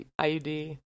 IUD